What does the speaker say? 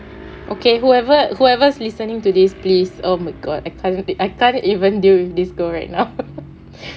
okay whoever whoever's listening to this please oh my god I can't even deal with this girl right now